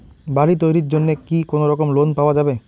বাড়ি তৈরির জন্যে কি কোনোরকম লোন পাওয়া যাবে?